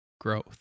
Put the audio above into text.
growth